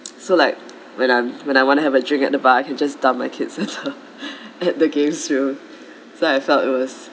so like when I'm when I wanna have a drink at the bar I can just dump my kids at the games room so I felt it was